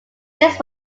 his